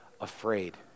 afraid